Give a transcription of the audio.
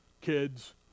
kids